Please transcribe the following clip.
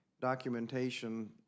documentation